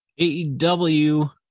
AEW